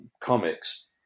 comics